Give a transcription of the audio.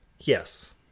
Yes